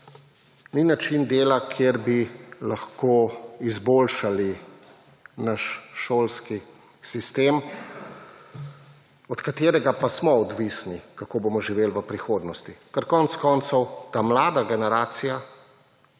ni način dela, s katerim bi lahko izboljšali naš šolski sistem, od katerega pa smo odvisni, kako bomo živeli v prihodnosti. Ker, konec koncev, ta mlada generacija,